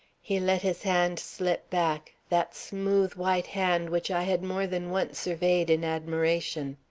he let his hand slip back, that smooth white hand which i had more than once surveyed in admiration.